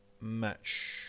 match